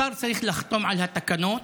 השר צריך לחתום על התקנות.